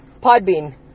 Podbean